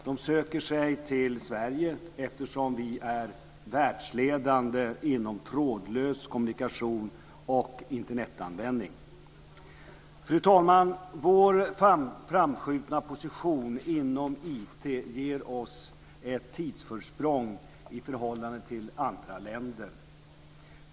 De söker sig till Sverige eftersom vi är världsledande inom trådlös kommunikation och Internet-användning. Fru talman! Vår framskjutna position inom IT ger oss ett tidsförsprång i förhållande till andra länder.